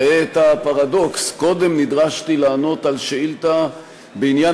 ראה את הפרדוקס: קודם נדרשתי לענות על שאילתה בעניין